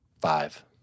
Five